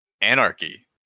anarchy